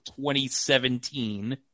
2017